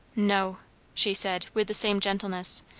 no she said with the same gentleness,